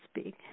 speak